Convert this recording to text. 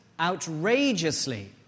outrageously